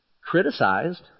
criticized